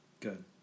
Good